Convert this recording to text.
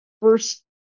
first